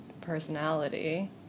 personality